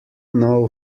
know